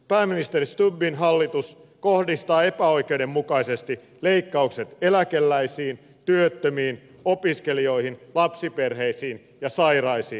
pääministeri stubbin hallitus kohdistaa epäoikeudenmukaisesti leikkaukset eläkeläisiin työttömiin opiskelijoihin lapsiperheisiin ja sairaisiin